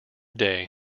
day